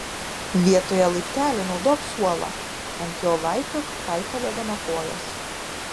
vietoje laiptelių naudok suolą ant jo laipiok kaitaliodama kojas